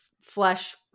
flesh